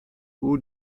hoe